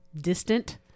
distant